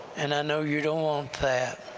and i know you don't want that.